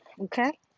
okay